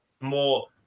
more